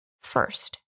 first